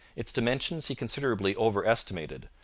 its dimensions he considerably over-estimated,